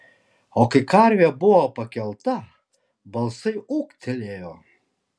o kai karvė buvo pakelta balsai ūktelėjo